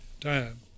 time